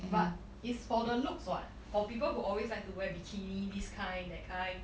but is for the looks [what] for people who always like to wear bikini this kind that kind